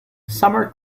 summer